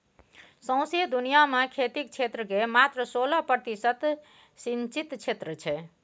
सौंसे दुनियाँ मे खेतीक क्षेत्र केर मात्र सोलह प्रतिशत सिचिंत क्षेत्र छै